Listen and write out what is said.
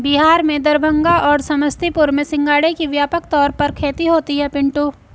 बिहार में दरभंगा और समस्तीपुर में सिंघाड़े की व्यापक तौर पर खेती होती है पिंटू